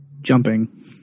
jumping